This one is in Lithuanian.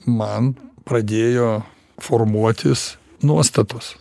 man pradėjo formuotis nuostatos